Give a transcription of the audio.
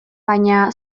baina